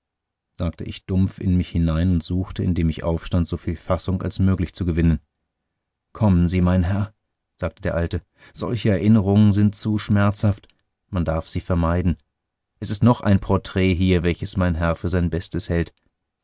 sagte ich dumpf in mich hinein und suchte indem ich aufstand soviel fassung als möglich zu gewinnen kommen sie mein herr sagte der alte solche erinnerungen sind zu schmerzhaft man darf sie vermeiden es ist noch ein porträt hier welches mein herr für sein bestes hält